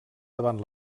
davant